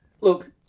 Look